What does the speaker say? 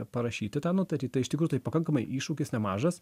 parašyti tą nutartį iš tikrųjų tai pakankamai iššūkis nemažas